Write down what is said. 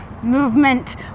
movement